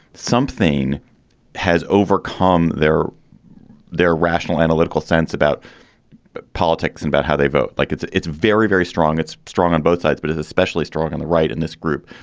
something has overcome their their rational, analytical sense about but politics and about how they vote. like it's it's very, very strong. it's strong on both sides, but it's especially strong on the right in this group.